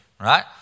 right